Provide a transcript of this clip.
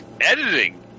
editing